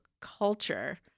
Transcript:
culture